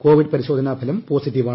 Covid പരിശോധനാഫലം പോസിറ്റീവാണ്